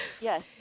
Yes